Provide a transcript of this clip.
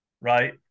Right